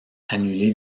annulé